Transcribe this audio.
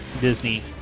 Disney